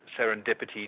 serendipity